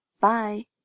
Bye